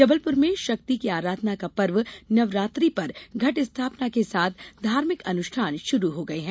जबलपुर में शक्ति के आराधना का पर्व नवरात्रि पर घट स्थापना के साथ धार्मिक अनुष्ठान शुरू हो गये हैं